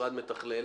כמשרד מתכלל?